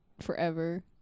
forever